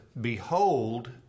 behold